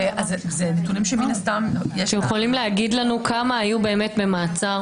האם אתם יכולים להגיד לנו כמה היו באמת במעצר?